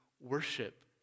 worship